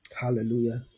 hallelujah